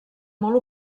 molt